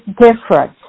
different